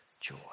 joy